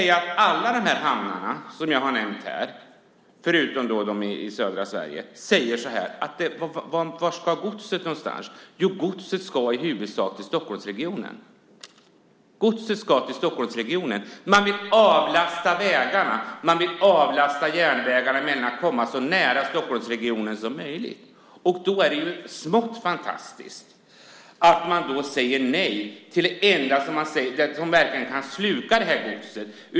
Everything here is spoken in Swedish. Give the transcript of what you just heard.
Alla de hamnar jag har nämnt här, förutom dem i södra Sverige, säger så här: Vart ska godset någonstans? Jo, godset ska i huvudsak till Stockholmsregionen. Man vill avlasta vägarna och järnvägarna genom att komma så nära Stockholmsregionen som möjligt. Då är det ju smått fantastiskt att man säger nej till det enda alternativ som verkligen kan sluka detta gods.